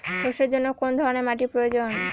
সরষের জন্য কোন ধরনের মাটির প্রয়োজন?